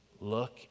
Look